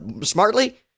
smartly